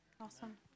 Awesome